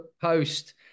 post